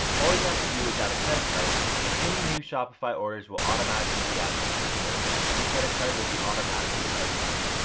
all you have to do is add a credit card and any new shopify orders will automatically be added to printful and your credit card will be automatically charged for them.